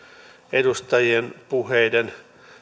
edustajien puheiden